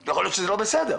יכול להיות שזה לא בסדר.